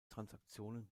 transaktionen